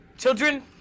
Children